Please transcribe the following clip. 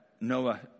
Noah